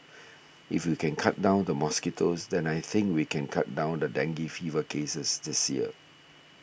if we can cut down the mosquitoes then I think we can cut down the dengue fever cases this year